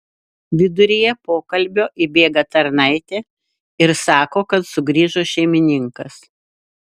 viduryje pokalbio įbėga tarnaitė ir sako kad sugrįžo šeimininkas